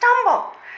stumble